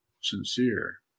sincere